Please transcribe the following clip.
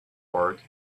park